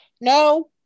No